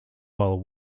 while